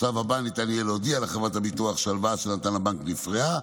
בשלב הבא ניתן יהיה להודיע לחברת הביטוח שההלוואה שנתן הבנק נפרעה,